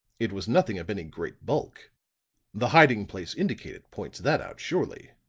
it was nothing of any great bulk the hiding place indicated points that out, surely,